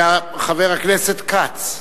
חבר הכנסת כץ,